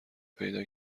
پیدا